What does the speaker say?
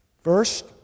First